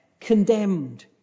condemned